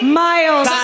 miles